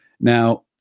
now